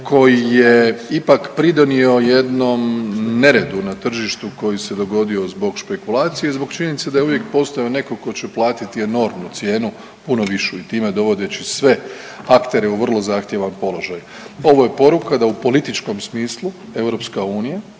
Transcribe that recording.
koji je ipak pridonio jednom neredu na tržištu koji se dogodio zbog špekulacije i zbog činjenice da je uvijek postojao neko ko će platiti enormnu cijenu, puno višu i time dovodeći sve aktere u vrlo zahtjevan položaj. Ovo je poruka da u političkom smislu EU